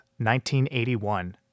1981